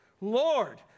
Lord